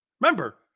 Remember